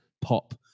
pop